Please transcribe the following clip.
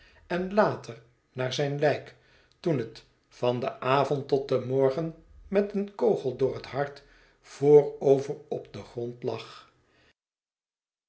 en later naar zijn lijk toen het van den avond tot den morgen met een kogel door het hart voorover op den grond lag